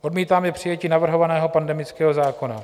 Odmítáme přijetí navrhovaného pandemického zákona.